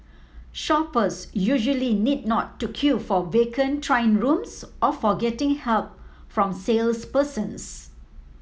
shoppers usually need not to queue for vacant trying rooms or for getting help from salespersons